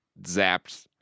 zapped